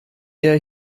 der